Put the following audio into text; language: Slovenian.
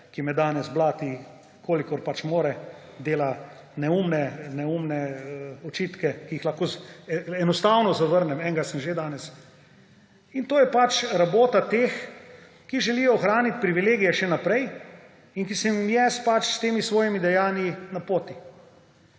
ki me danes blati, kolikor pač more, dela neumne očitke, ki jih lahko enostavno zavrnem, enega sem že danes. In to je pač rabota teh, ki želijo ohraniti privilegije še naprej in ki sem jim jaz pač s temi svojimi dejanji napoti.